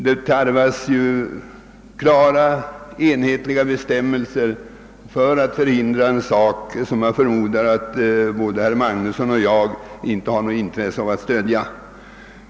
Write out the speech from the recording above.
Det tarvas klara enhetliga bestämmelser för att förhindra en sak som jag förmodar att varken herr Magnusson eller jag har intresse av att stödja.